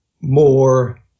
more